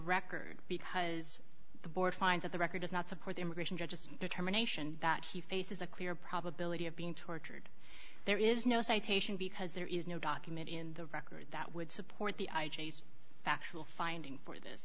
record because the board finds at the record does not support the immigration judges determination that he faces a clear probability of being tortured there is no citation because there is no document in the record that would support the factual finding for this